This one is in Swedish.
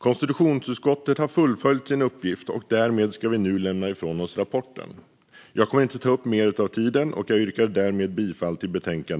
Konstitutionsutskottet har fullföljt sin uppgift, och därmed ska vi nu lämna ifrån oss rapporten.